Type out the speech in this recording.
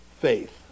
faith